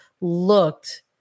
looked